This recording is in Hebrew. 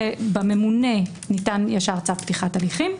ובממונה ניתן ישר צו פתיחת הליכים.